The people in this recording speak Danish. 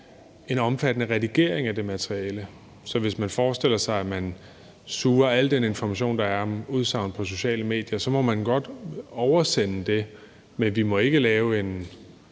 en omfattende redigering af det materiale. Så hvis man forestiller sig, at man indhenter al den information, der er om udsagn på sociale medier, må man godt oversende det, men vi må ikke lave et